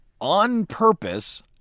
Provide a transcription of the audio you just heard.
on-purpose